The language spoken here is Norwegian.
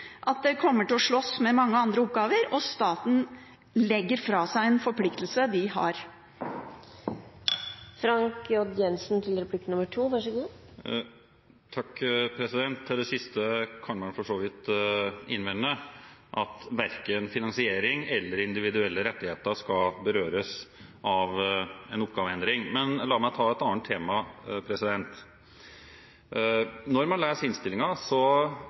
at man kommer til å måtte slåss om midler med mange andre oppgaver – og staten legger fra seg en forpliktelse de har. Til det siste kan man for så vidt innvende at verken finansiering eller individuelle rettigheter skal berøres av en oppgaveendring. Men la meg ta et annet tema. Når man leser